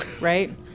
Right